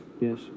Yes